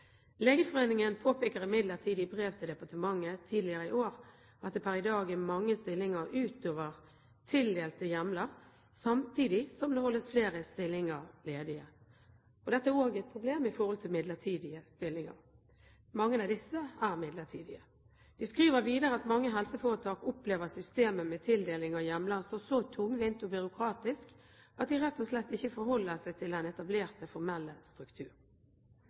Legeforeningen påpeker imidlertid i brev til departementet tidligere i år at det per i dag er mange stillinger utover tildelte hjemler, samtidig som flere stillinger holdes ledige. Dette er også et problem når det gjelder midlertidige stillinger. Mange av disse er midlertidige. De skriver videre at mange helseforetak opplever systemet med tildeling av hjemler som så tungvint og byråkratisk at de rett og slett ikke forholder seg til den etablerte, formelle struktur.